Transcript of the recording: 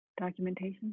documentation